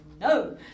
no